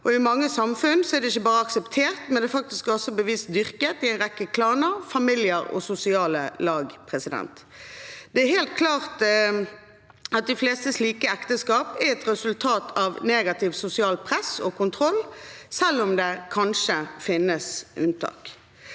i mange samfunn er det ikke bare akseptert, men det er faktisk også bevisst dyrket i en rekke klaner, familier og sosiale lag. Det er helt klart at de fleste slike ekteskap er et resultat av negativt sosialt press og kontroll, selv om det kanskje finnes unntak.